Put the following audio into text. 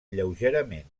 lleugerament